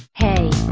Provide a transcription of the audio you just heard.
hey